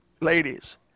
Ladies